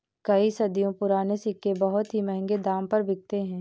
कई सदियों पुराने सिक्के बहुत ही महंगे दाम पर बिकते है